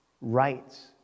rights